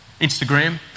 Instagram